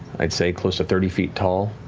i'd say close to thirty feet tall,